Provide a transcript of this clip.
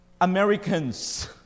Americans